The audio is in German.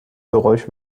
geräusch